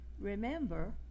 Remember